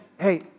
hey